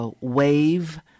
wave